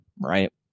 right